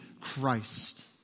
Christ